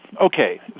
okay